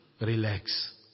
relax